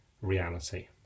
reality